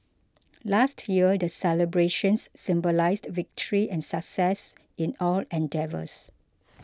last year the celebrations symbolised victory and success in all endeavours